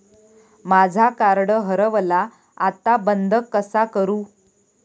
माझा कार्ड हरवला आता बंद कसा करू?